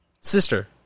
sister